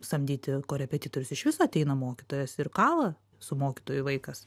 samdyti korepetitorius išvis ateina mokytojas ir kala su mokytoju vaikas